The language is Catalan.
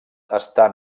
estan